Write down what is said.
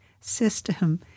system